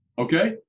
Okay